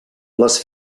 les